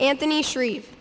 anthony sharif